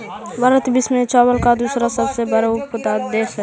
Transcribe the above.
भारत विश्व में चावल का दूसरा सबसे बड़ा उत्पादक देश हई